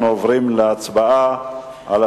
אנחנו עוברים להצבעה בקריאה ראשונה על